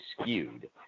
skewed